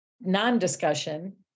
non-discussion